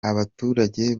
abaturage